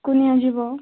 କୁ ନିଆଯିବ